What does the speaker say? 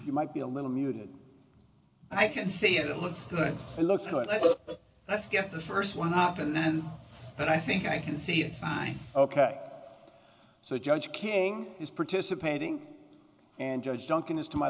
you might be a little muted i can see it it looks good it looks like let's get the st one up and then but i think i can see it fine ok so judge king is participating and judge duncan is to my